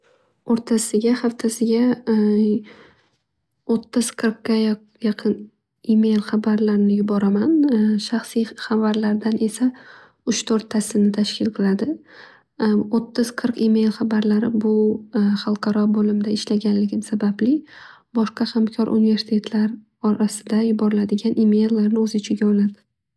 O'rtasiga haftasiga o'ttiz qirqga yaq- yaqin email habarlarni yuboraman. Shaxsiy habarlardan esa uch to'rttasini tashkil qiladi. O'ttiz qirq email habarlari bu xalqaro bo'limda ishlaganligim sababli boshqa hamkor universitetlar orasida yuboriladigan emaillarni o'z ichiga oladi.